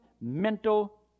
mental